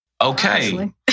Okay